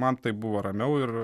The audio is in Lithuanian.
man taip buvo ramiau ir